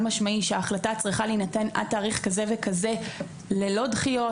משמעי שההחלטה צריכה להינתן עד תאריך מסוים ללא דחיות,